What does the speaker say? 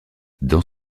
dans